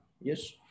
yes